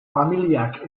familiak